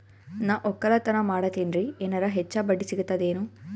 ನಾ ಒಕ್ಕಲತನ ಮಾಡತೆನ್ರಿ ಎನೆರ ಹೆಚ್ಚ ಬಡ್ಡಿ ಸಿಗತದೇನು?